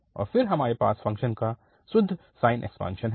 और फिर हमारे पास फ़ंक्शन का शुद्ध साइन एक्सपांशन है